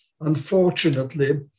unfortunately